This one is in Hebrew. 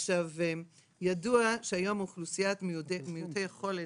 בנושא אוכלוסיית מיעוטי יכולת,